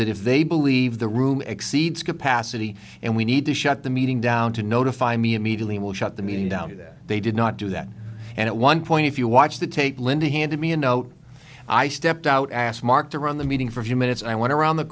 that if they believe the room exceeds capacity and we need to shut the meeting down to notify me immediately will shut the meeting down that they did not do that and at one point if you watch the tape linda handed me a note i stepped out asked mark to run the meeting for a few minutes and i want to around the